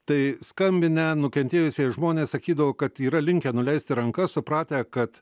tai skambinę nukentėjusieji žmonės sakydavo kad yra linkę nuleisti rankas supratę kad